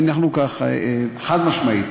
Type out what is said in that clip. חד-משמעית.